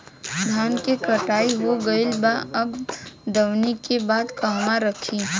धान के कटाई हो गइल बा अब दवनि के बाद कहवा रखी?